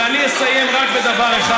ואני אסיים רק בדבר אחד.